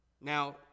Now